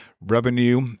Revenue